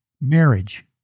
Marriage